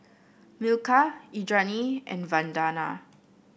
Milkha Indranee and Vandana